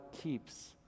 keeps